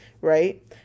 right